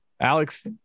Alex